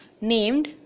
named